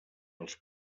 els